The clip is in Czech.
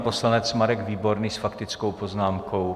Poslanec Marek Výborný s faktickou poznámkou.